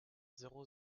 zéro